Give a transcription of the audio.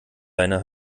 leine